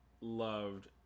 loved